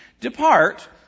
Depart